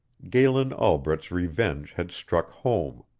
galen albret's revenge had struck home.